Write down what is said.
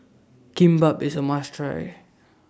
Kimbap IS A must Try